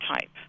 type